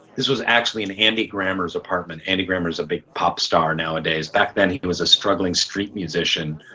this was actually in andy grammer's apartment. andy grammer is a big pop star nowadays, back then he was a struggling street musician,